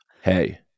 Hey